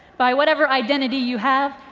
by whatever identity you have,